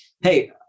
hey